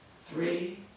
three